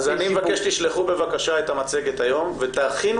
אז אני מבקש שתשלחו בבקשה את המצגת היום ותכינו